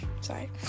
Sorry